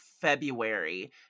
February